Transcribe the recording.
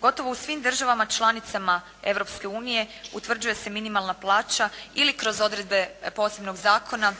Gotovo u svim državama članicama Europske unije utvrđuje se minimalna plaća ili kroz odredbe posebnog zakona